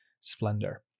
splendor